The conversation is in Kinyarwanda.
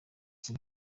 iki